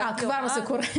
אה, כבר זה קורה?